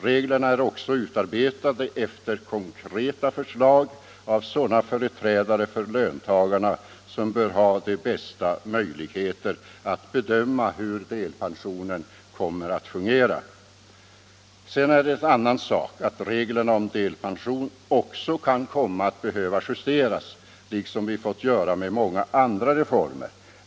Reglerna är också utarbetade efter konkreta förslag av sådana företrädare för löntagarna, som bör ha de bästa möjligheterna att bedöma hur delpensionen kommer att fungera. En annan sak är att reglerna om delpension också kan komma att behöva justeras, liksom vi fått göra med många andra reformer.